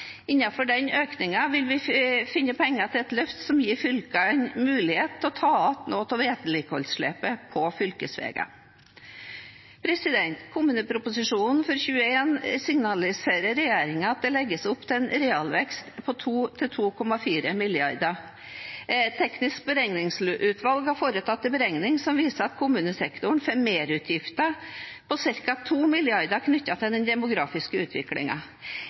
vil vi finne penger til et løft som gir fylkene en mulighet til å ta igjen noe av vedlikeholdsetterslepet på fylkesveiene. I Kommuneproposisjonen 2021 signaliserer regjeringen at det legges på 2–2,4 mrd. kr. Det tekniske beregningsutvalget har foretatt en beregning som viser at kommunesektoren får merutgifter på om lag 2 mrd. kr knyttet til den demografiske